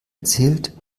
erzählt